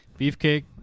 Beefcake